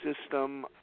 System